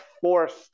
forced